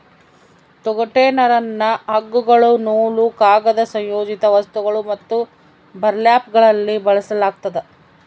ತೊಗಟೆ ನರನ್ನ ಹಗ್ಗಗಳು ನೂಲು ಕಾಗದ ಸಂಯೋಜಿತ ವಸ್ತುಗಳು ಮತ್ತು ಬರ್ಲ್ಯಾಪ್ಗಳಲ್ಲಿ ಬಳಸಲಾಗ್ತದ